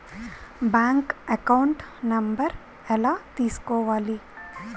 Bank account number ఎలా తీసుకోవాలి?